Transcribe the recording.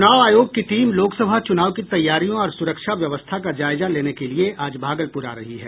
चुनाव आयोग की टीम लोकसभा चुनाव की तैयारियों और सुरक्षा व्यवस्था का जायजा लेने के लिए आज भागलपुर आ रही है